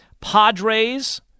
Padres